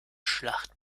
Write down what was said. schlacht